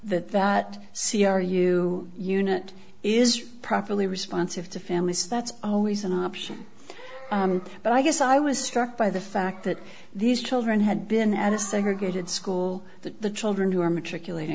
that that c r u unit is properly responsive to families that's always an option but i guess i was struck by the fact that these children had been at a segregated school that the children who are matriculat